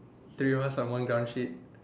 three people on one ground sheet